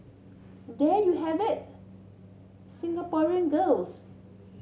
there you have it Singaporean girls